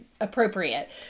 appropriate